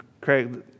Craig